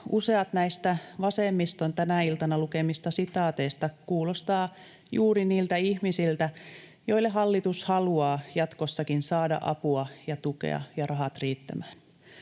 useat näistä vasemmiston tänä iltana lukemista sitaateista kuulostavat juuri niiltä ihmisiltä, joille hallitus haluaa jatkossakin saada apua ja tukea ja rahat riittämään.